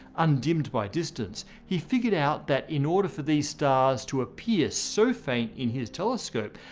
undimmed by distance. he figured out that in order for these stars to appear so faint in his telescope,